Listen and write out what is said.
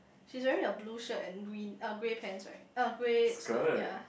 she's wearing a blue shirt and green uh grey pants right uh grey skirt ya